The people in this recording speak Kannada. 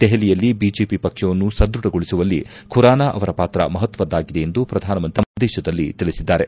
ದೆಹಲಿಯಲ್ಲಿ ಬಿಜೆಪಿ ಪಕ್ಷವನ್ನು ಸದೃಢಗೊಳಿಸುವಲ್ಲಿ ಖುರಾನ ಅವರ ಪಾತ್ರ ಮಹತ್ವದ್ದಾಗಿದೆ ಎಂದು ಪ್ರಧಾನಮಂತ್ರಿ ತಮ್ಮ ಸಂದೇಶದಲ್ಲಿ ತಿಳಿಸಿದ್ದಾರೆ